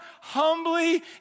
humbly